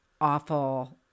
awful